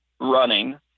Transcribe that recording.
running